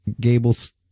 Gable's